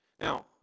Now